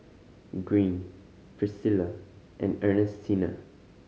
Greene Priscilla and Ernestina